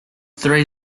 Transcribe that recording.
three